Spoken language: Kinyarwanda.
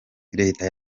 leta